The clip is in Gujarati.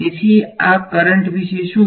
અહીં આ કરંટ વિશે શું